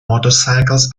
motorcycles